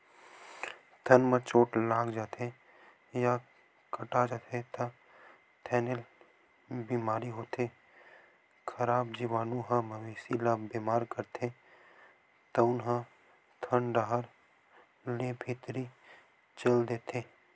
थन म चोट लाग जाथे या कटा जाथे त थनैल बेमारी होथे, खराब जीवानु ह मवेशी ल बेमार करथे तउन ह थन डाहर ले भीतरी चल देथे